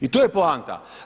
I to je poanta.